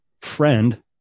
friend